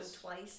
twice